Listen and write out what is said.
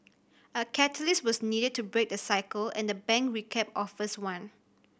a catalyst was needed to break the cycle and the bank recap offers one